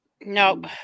Nope